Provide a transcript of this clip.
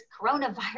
coronavirus